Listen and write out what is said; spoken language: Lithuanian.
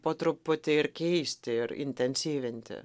po truputį ir keisti ir intensyvinti